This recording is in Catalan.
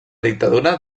dictadura